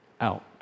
out